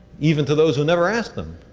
even to those who never asked them.